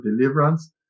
deliverance